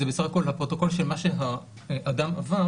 זה בסך הכל הפרוטוקול שמה האדם עבד